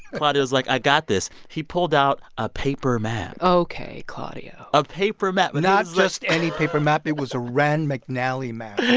claudio's like, i got this. he pulled out a paper map ok, claudio a ah paper map not just any paper map. it was a rand mcnally map, ok?